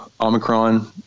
Omicron